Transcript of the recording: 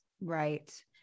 right